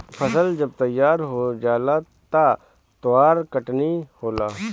फसल जब तैयार हो जाला त ओकर कटनी होला